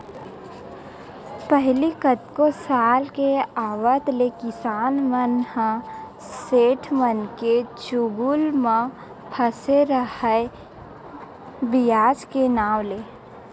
पहिली कतको साल के आवत ले किसान मन ह सेठ मनके चुगुल म फसे राहय बियाज के नांव ले